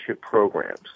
programs